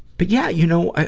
but, yeah, you know,